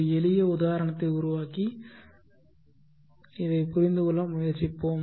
ஒரு எளிய உதாரணத்தை உருவாக்கி இதைப் புரிந்துகொள்ள முயற்சிப்போம்